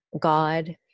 God